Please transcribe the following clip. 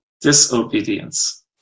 Disobedience